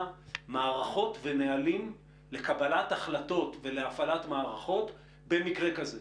מערכות ונהלים לקבלת החלטות ולהפעלת מערכות במקרה כזה.